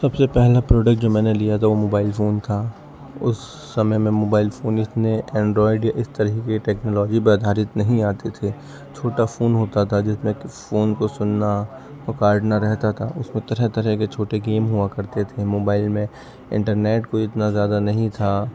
سب سے پہلا پروڈکٹ جو میں نے لیا تھا وہ موبائل فون تھا اس سمئے میں موبائل فون اتنے اینڈرائیڈ یا اس طرح کی ٹیکنالوجی پہ آدھارت نہیں آتی تھی چھوٹا فون ہوتا تھا جس میں کہ فون کو سننا اور کاٹنا رہتا تھا اس میں طرح طرح کے چھوٹے گیم ہوا کرتے تھے موبائل میں انٹرنیٹ کوئی اتنا زیادہ نہیں تھا